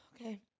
Okay